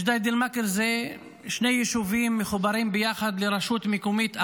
ג'דיידה-מכר הם שני יישובים שמחוברים ביחד לרשות מקומית אחת.